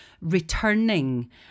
returning